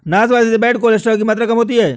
नाशपाती से bad cholesterol की मात्रा कम होती है